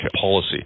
policy